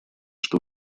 что